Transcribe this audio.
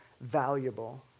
valuable